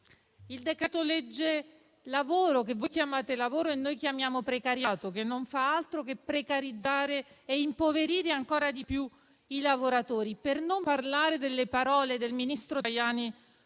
Il decreto-legge, che voi chiamate lavoro e noi chiamiamo precariato, non fa altro che precarizzare e impoverire ancora di più i lavoratori. Per non parlare delle parole del ministro Tajani